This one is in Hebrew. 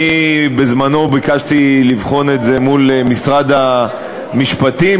אני בזמני ביקשתי לבחון את זה מול משרד המשפטים.